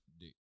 dick